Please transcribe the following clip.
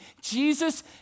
Jesus